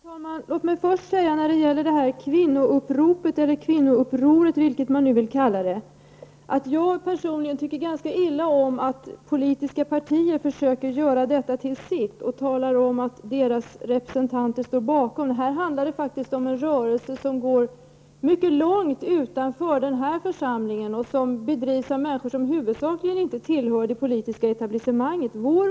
Herr talman! Låt mig först säga när det gäller det här kvinnouppropet eller kvinnoupproret -- vad man nu skall kalla det -- att jag personligen tycker illa om att politiska partier försöker göra detta till sitt och säger att deras representanter står bakom denna rörelse. Det handlar här om rörelse som sträcker sig långt utanför denna församling och som drivs av människor som huvudsakligen inte tillhör det politiska etablissemanget.